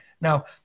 Now